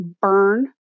burn